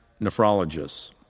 nephrologists